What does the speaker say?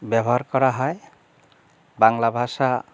ব্যবহার করা হয় বাংলা ভাষা